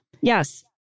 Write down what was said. Yes